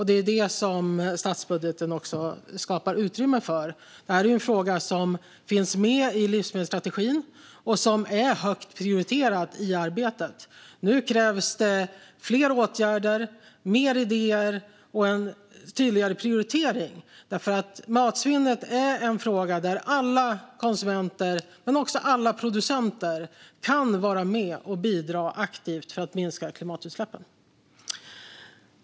Det är det som statsbudgeten skapar utrymme för. Matsvinnet är en fråga som finns med i livsmedelsstrategin och som är högt prioriterad i det arbetet. Nu krävs det fler åtgärder, mer idéer och en tydligare prioritering. Det är nämligen ett område där alla konsumenter men också alla producenter kan vara med och bidra aktivt till att minska klimatutsläppen.